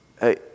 hey